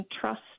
trust